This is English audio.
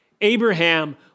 Abraham